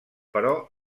però